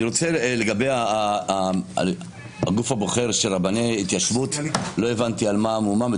לגבי הגוף הבוחר של רבני ההתיישבות לא הבנתי על מה המהומה.